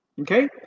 okay